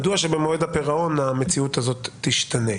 מדוע שבמועד הפירעון המציאות הזאת תשתנה.